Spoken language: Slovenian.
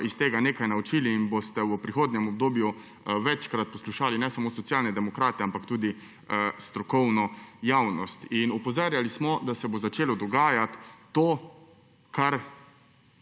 iz tega nekaj naučili in boste v prihodnjem obdobju večkrat poslušali ne samo Socialne demokrate, ampak tudi strokovno javnost. Opozarjali smo, da se bo začelo dogajati to, kar